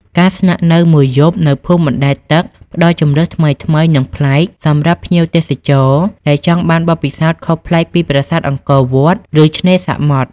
ការស្នាក់នៅមួយយប់នៅភូមិបណ្ដែតទឹកផ្ដល់ជម្រើសថ្មីៗ និងប្លែកសម្រាប់ភ្ញៀវទេសចរដែលចង់បានបទពិសោធន៍ខុសប្លែកពីប្រាសាទអង្គរវត្ត ឬឆ្នេរសមុទ្រ។